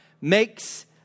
makes